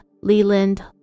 Leland